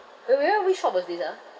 remember which shop was this ah